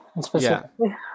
specifically